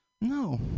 no